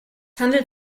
handelt